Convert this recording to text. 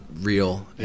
real